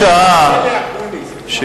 אדוני היושב-ראש,